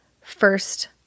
first